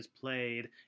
played